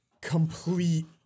complete